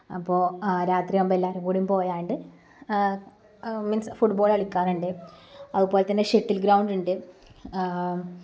അപ്പോള് രാത്രിയാകുമ്പോള് എല്ലാവരുംകൂടി പോയാണ്ട് മീന്സ് ഫുട്ബോള് കളിക്കാറുണ്ട് അതുപോലെ തന്നെ ഷട്ടില് ഗ്രൗണ്ടുണ്ട്